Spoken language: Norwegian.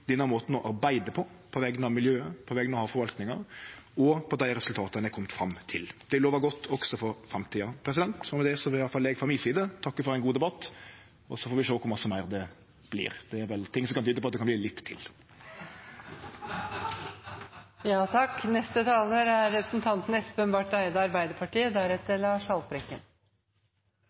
denne måten å arbeide på, på vegner av miljøet, på vegner av forvaltninga og dei resultata ein har kome fram til. Det lovar godt, også for framtida. Med det vil i alle fall eg frå mi side takke for ein god debatt, og så får vi sjå kor mykje meir det vert. Det er vel ting som kan tyde på at det kan verte litt til. Mot slutten av debatten – hvis det er